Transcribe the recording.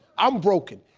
i'm broken.